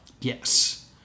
Yes